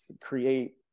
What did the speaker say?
create